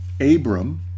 abram